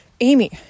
Amy